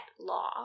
law